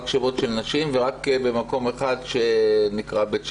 רק על שמות של נשים ורק במקום אחד שנקרא בית שמש.